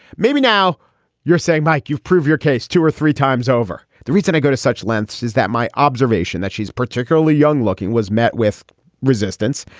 maybe now you're saying like you prove your case two or three times over. the reason i go to such lengths is that my observation that she's particularly young looking was met with resistance.